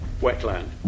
wetland